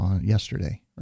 yesterday